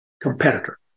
competitor